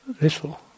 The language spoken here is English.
little